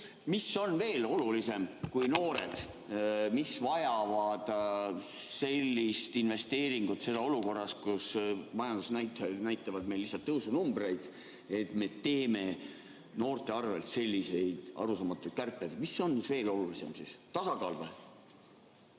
Mis on veel olulisem kui noored, mis vajab sellist investeeringut, seda olukorras, kus majandusnäitajad näitavad meil tõusunumbreid, et me teeme noorte arvel selliseid arusaamatuid kärped? Mis on siis veel olulisem? Tasakaal